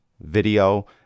video